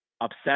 upset